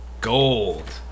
gold